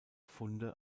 funde